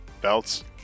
belts